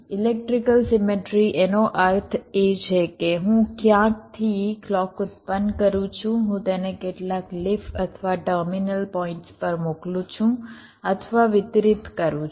electrical symmetry એનો અર્થ એ છે કે હું ક્યાંકથી ક્લૉક ઉત્પન્ન કરું છું હું તેને કેટલાક લિફ અથવા ટર્મિનલ પોઇન્ટ્સ પર મોકલું છું અથવા વિતરિત કરું છું